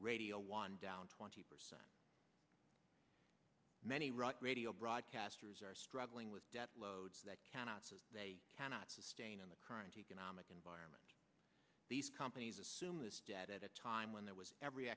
radio one down twenty percent many rock radio broadcasters are struggling with debt loads that cannot they cannot sustain in the current economic environment these companies assume this data at a time when there was every